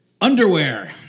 Underwear